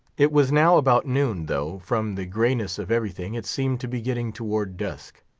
it was now about noon, though, from the grayness of everything, it seemed to be getting towards dusk.